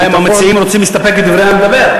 אלא אם המציעים רוצים להסתפק בדברי המדבר.